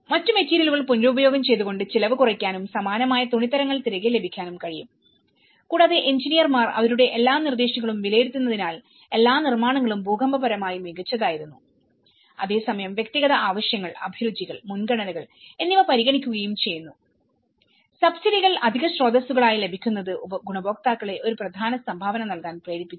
മറ്റു മെറ്റീരിയലുകൾ പുനരുപയോഗം ചെയ്തു കൊണ്ട് ചെലവ് കുറയ്ക്കാനും സമാനമായ തുണിത്തരങ്ങൾ തിരികെ ലഭിക്കാനും കഴിയും കൂടാതെ എഞ്ചിനീയർമാർ അവരുടെ എല്ലാ നിർദ്ദേശങ്ങളും വിലയിരുത്തുന്നതിനാൽ എല്ലാ നിർമ്മാണങ്ങളും ഭൂകമ്പപരമായി മികച്ചതായിരുന്നു അതേസമയം വ്യക്തിഗത ആവശ്യങ്ങൾ അഭിരുചികൾ മുൻഗണനകൾ എന്നിവ പരിഗണിക്കുകയും ചെയ്യുന്നു സബ്സിഡികൾ അധിക സ്രോതസ്സുകളായി ലഭിക്കുന്നത് ഗുണഭോക്താക്കളെ ഒരു പ്രധാന സംഭാവന നൽകാൻ പ്രേരിപ്പിച്ചു